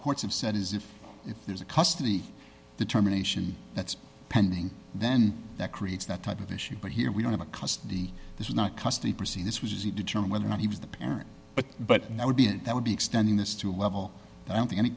courts have said is if there's a custody determination that's pending then that creates that type of issue but here we don't have a custody this is not custody proceedings which is you determine whether or not he was the parent but but that would be that would be extending this to a level i don't think any